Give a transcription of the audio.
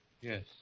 Yes